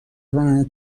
راننده